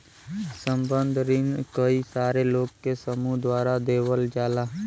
संबंद्ध रिन कई सारे लोग के समूह द्वारा देवल जाला